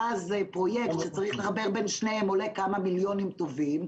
ואז פרויקט שצריך לחבר בין שניהם עולה כמה מיליונים טובים,